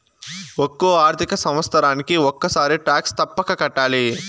ఒక్కో ఆర్థిక సంవత్సరానికి ఒక్కసారి టాక్స్ తప్పక కట్టాలి